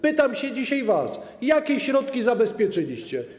Pytam was dzisiaj: Jakie środki zabezpieczyliście?